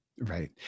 right